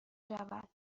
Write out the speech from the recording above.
شود